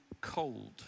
cold